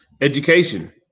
Education